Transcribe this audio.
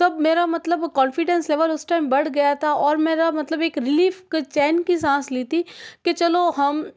तब मेरा मतलब कॉन्फिडेंस लेवल उस टाइम बढ़ गया था और मेरा मतलब एक रिलीफ चैन की सांस ली थी कि चलो हम